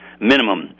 minimum